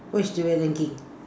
what is Julia thinking